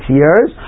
years